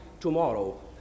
tomorrow